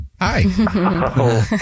Hi